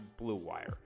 BlueWire